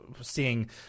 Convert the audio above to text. seeing